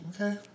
Okay